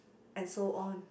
and so on